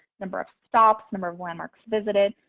number of stops, number of landmarks visited.